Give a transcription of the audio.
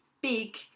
big